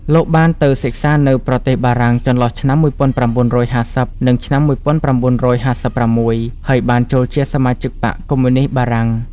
លោកបាន ទៅសិក្សានៅប្រទេសបារាំង ចន្លោះឆ្នាំ ១៩៥០ និងឆ្នាំ១៩៥៦ ហើយបាន ចូលជាសមាជិបក្សកុម្មុយនីស្តបារាំង ។